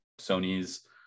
Sony's